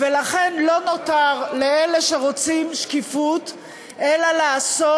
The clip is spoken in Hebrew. לכן לא נותר לאלה שרוצים שקיפות אלא לעשות